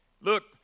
Look